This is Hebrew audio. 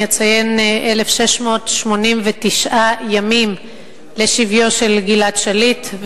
אני אציין 1,689 ימים לשביו של גלעד שליט.